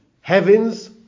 heavens